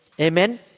Amen